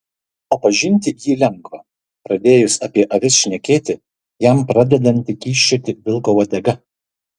o pažinti jį lengva pradėjus apie avis šnekėti jam pradedanti kyščioti vilko uodega